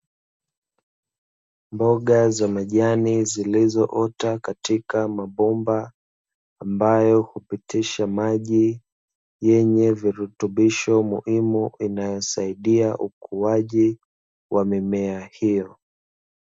Mboga za majani zilizoota katika mabomba ambayo hupitisha maji yenye virutubisho muhimu, inayosaidia ukuaji wa mimea hiyo.